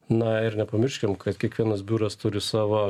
na ir nepamirškim kad kiekvienas biuras turi savo